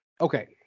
Okay